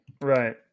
Right